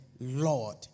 Lord